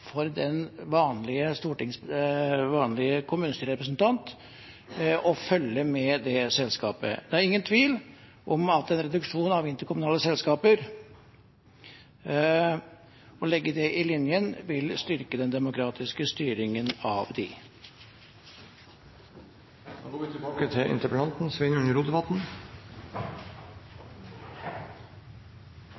for den vanlige kommunestyrerepresentant å følge med det selskapet. Det er ingen tvil om at en reduksjon av interkommunale selskaper – og legge det i linjen – vil styrke den demokratiske styringen av